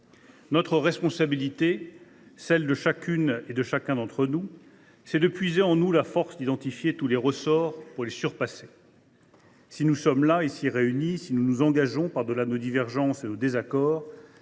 Notre responsabilité, celle de chacune et de chacun d’entre nous, est de puiser en nous la force d’identifier tous les ressorts pour surpasser ces doutes. « Si nous sommes ici réunis, si nous nous engageons par delà nos divergences et nos désaccords,